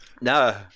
no